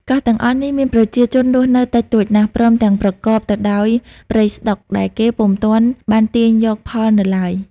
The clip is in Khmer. កោះទាំងអស់នេះ មានប្រជាជនរស់នៅតិចតួចណាស់ ព្រមទាំងប្រកប ទៅដោយព្រៃស្តុក ដែលគេពុំទាន់បានទាញយកផលនៅឡើយ ។